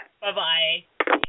Bye-bye